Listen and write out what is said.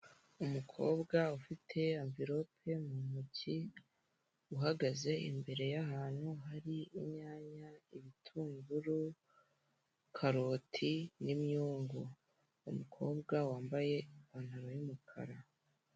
Umukobwa ufite amvilope mu ntoki uhagaze imbere y'ahantu hari inyanya, ibitunguru, karoti n'imyungu, uwo mukobwa wambaye ipantalo y'umukara.